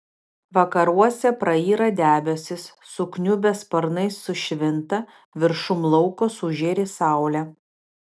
vakaruose prayra debesys sukniubę sparnai sušvinta viršum lauko sužėri saulė